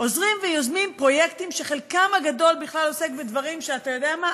עוזרים ויוזמים פרויקטים שחלקם הגדול בכלל עוסק בדברים שאתה יודע מה,